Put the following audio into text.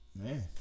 Man